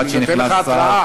עד שנכנס שר,